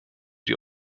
die